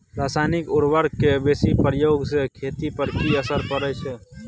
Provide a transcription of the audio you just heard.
रसायनिक उर्वरक के बेसी प्रयोग से खेत पर की असर परै छै?